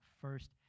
first